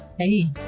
Hey